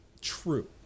True